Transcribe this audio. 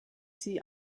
sie